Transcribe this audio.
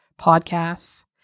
podcasts